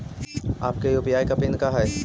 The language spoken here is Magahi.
अपने के यू.पी.आई के पिन का हई